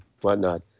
whatnot